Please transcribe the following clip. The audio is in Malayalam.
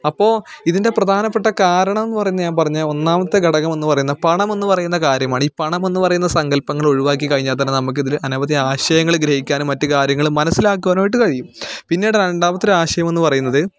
അപ്പോൾ ഇതിൻ്റെ പ്രധാനപ്പെട്ട കാരണമെന്നു പറഞ്ഞാൽ ഞാൻ പറഞ്ഞാൽ ഒന്നാമത്തെ ഘടകം എന്ന് പറയുന്നത് പണം എന്ന് പറയുന്ന കാര്യമാണ് ഈ പണം എന്ന് പറയുന്ന സങ്കല്പങ്ങൾ ഒഴിവാക്കി കഴിഞ്ഞാൽ തന്നെ നമുക്ക് ഇതിലെ അനവധി ആശയങ്ങൾ ഗ്രഹിക്കാനും മറ്റും കാര്യങ്ങൾ മനസ്സിലാക്കുവാനും ആയിട്ട് കഴിയും പിന്നീട് രണ്ടാമത്തെ ഒരു ആശയം എന്നു പറയുന്നത്